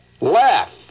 laugh